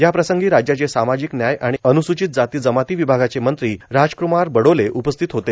याप्रसंगी राज्याचे सामाजिक व्याय आणि अनुसूचित जाती जमाती विभागाचे मंत्री राजकुमार बडोले उपस्थित होते